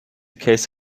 case